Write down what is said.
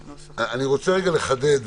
אני רוצה לחדד: